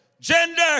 Gender